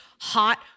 hot